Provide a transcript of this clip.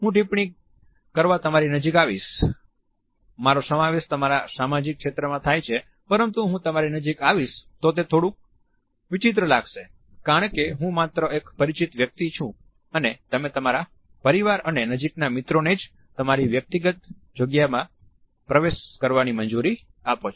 હું ટિપ્પણી કરવા તમારી નજીક આવીશ મારો સમાવેશ તમારા સામાજિક ક્ષેત્રમાં થાય છે પરંતુ હું તમારી નજીક આવીશ તો તે થોડું વિચિત્ર લાગશે કારણ કે હું માત્ર એક પરિચિત વ્યક્તિ છું અને તમે તમારા પરિવાર અને નજીકના મિત્રોને જ તમારી વ્યક્તિગત જગ્યામાં પ્રવેશ કરવાની મજુરી આપો છો